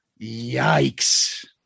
yikes